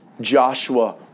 Joshua